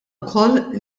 ukoll